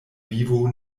vivo